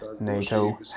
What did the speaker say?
NATO